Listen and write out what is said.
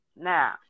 Now